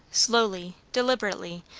slowly, deliberately,